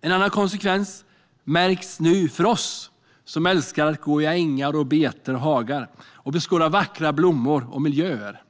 En annan konsekvens märks nu för oss som älskar att gå i ängar och hagar för att beskåda vackra blommor och miljöer.